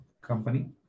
company